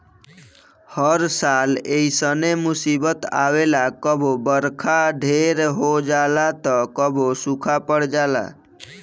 हर साल ऐइसने मुसीबत आवेला कबो बरखा ढेर हो जाला त कबो सूखा पड़ जाला